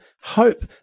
hope